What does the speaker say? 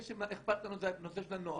מה שאכפת לנו זה הנושא של הנוער.